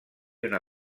una